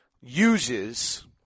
uses –